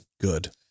Good